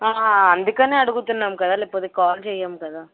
అందుకనే అడుగుతున్నాం కదా లేకపోతే కాల్ చెయ్యం కదా